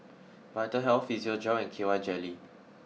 Vitahealth Physiogel and K Y jelly